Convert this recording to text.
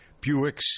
Buicks